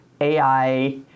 AI